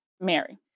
Mary